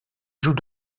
joue